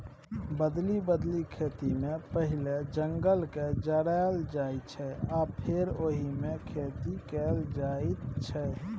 बदलि बदलि खेतीमे पहिने जंगलकेँ जराएल जाइ छै आ फेर ओहिमे खेती कएल जाइत छै